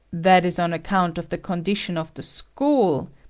that is on account of the condition of the school.